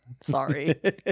Sorry